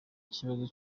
ikibazo